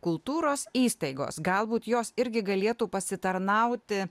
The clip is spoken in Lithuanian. kultūros įstaigos galbūt jos irgi galėtų pasitarnauti